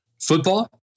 Football